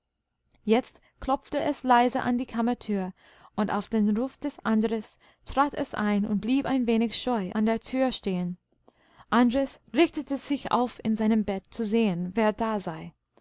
jetzt klopfte es leise an die kammertür und auf den ruf des andres trat es ein und blieb ein wenig scheu an der tür stehen andres richtete sich auf in seinem bett zu sehen wer da sei